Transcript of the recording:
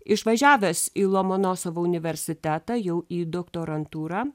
išvažiavęs į lomonosovo universitetą jau į doktorantūrą